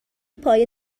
پایه